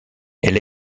elle